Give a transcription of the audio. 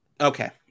Okay